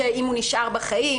אם הוא נשאר בחיים,